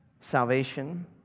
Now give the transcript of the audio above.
salvation